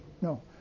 No